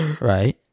right